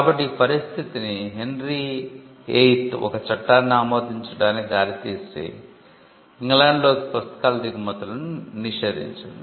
కాబట్టి ఈ పరిస్థితి హెన్రీ VIII ఒక చట్టాన్ని ఆమోదించడానికి దారితీసి ఇంగ్లాండ్లోకి పుస్తకాల దిగుమతులను నిషేధించింది